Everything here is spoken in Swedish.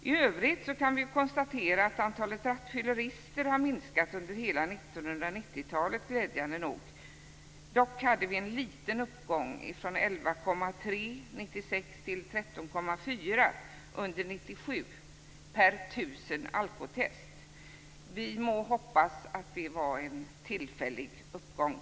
I övrigt kan vi konstatera att antalet rattfyllerister glädjande nog har minskat under hela 1990-talet. Dock har vi haft en liten uppgång, från 11,3 under 1996 till 13,4 under 1997 per tusen alkotest. Vi må hoppas att det var en tillfällig uppgång.